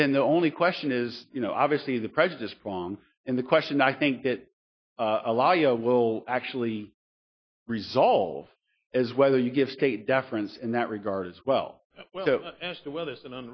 then the only question is you know obviously the prejudice prong and the question i think that allow you will actually resolve as whether you give state deference in that regard as well as to whether it's an